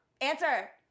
Answer